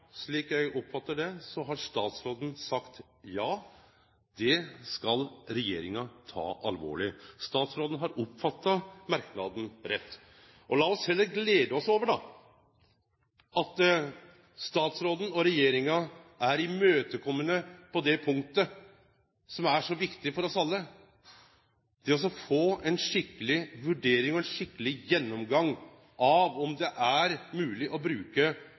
Slik eg oppfattar det, har statsråden sagt: Ja, det skal regjeringa ta alvorleg. Statsråden har oppfatta merknaden rett. Lat oss heller glede oss over at statsråden og regjeringa er imøtekomande på det punktet som er så viktig for oss alle: det å få ei skikkeleg vurdering og ein skikkeleg gjennomgang av om det er mogleg å bruke